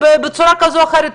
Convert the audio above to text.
בצורה כזו או אחרת,